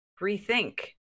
rethink